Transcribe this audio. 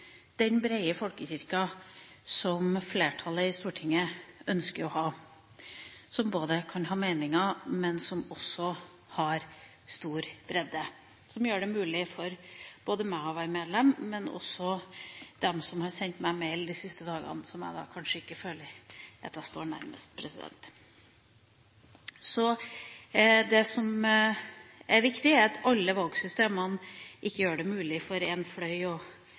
den brede folkekirken som flertallet i Stortinget ønsker å ha, som kan ha meninger, men som også har stor bredde, og som gjør det mulig for meg å være medlem, men også for dem som har sendt meg mail de siste dagene, som jeg føler at jeg kanskje ikke står nærmest. Det som er viktig, er at valgsystemene ikke gjør det mulig for én fløy